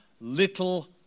little